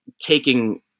taking